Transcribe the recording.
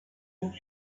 une